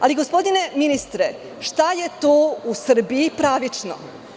Ali, gospodine ministre, šta je to u Srbiji pravično?